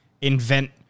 invent